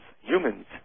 humans